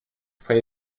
play